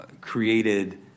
created